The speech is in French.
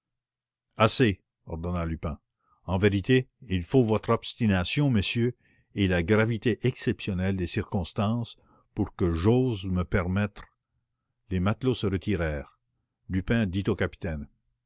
assez ordonna lupin en vérité il faut votre obstination monsieur et la gravité exceptionnelle des circonstances pour que j'ose me permettre les matelots se retirèrent lupin dit au capitaine